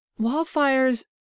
Wildfires